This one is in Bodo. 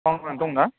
मावनानै दंना